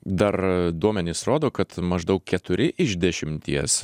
dar duomenys rodo kad maždaug keturi iš dešimties